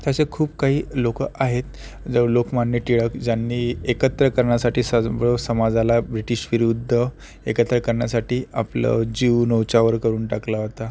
तर असे खूप काही लोकं आहेत लो लोकमान्य टिळक ज्यांनी एकत्र करण्यासाठी सर्व समाजाला ब्रिटिश विरुद्ध एकत्र करण्यासाठी आपलं जीव न्योछावर करून टाकला होता